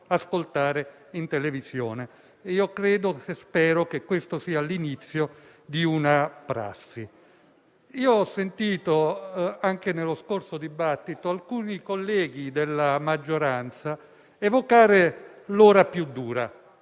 ascoltare in televisione. Credo e spero che questo sia l'inizio di una prassi. Ho sentito, nel corso del dibattito precedente, alcuni colleghi della maggioranza evocare l'ora più dura